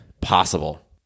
possible